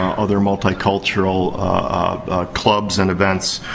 other multicultural clubs and events.